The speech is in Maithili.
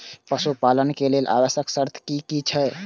पशु पालन के लेल आवश्यक शर्त की की छै?